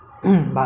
cheap also